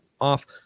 off